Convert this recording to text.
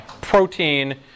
protein